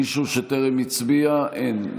מישהו שטרם הצביע, אין.